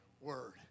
word